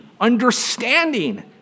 understanding